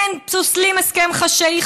אין פוסלים הסכם חשאי,